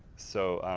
so,